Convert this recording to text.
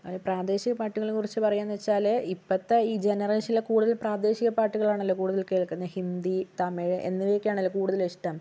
പ്രാദേശിക പാട്ടുകളെക്കുറിച്ച് പറയുന്നു വച്ചാല് ഇപ്പഴത്തെ ഈ ജനറേഷനില് കൂടുതൽ പ്രാദേശിക പാട്ടുകളാണല്ലോ കൂടുതൽ കേൾക്കുന്നെ ഹിന്ദി തമിഴ് എന്നിവക്കെയാണല്ലോ കൂടുതലിഷ്ട്ടം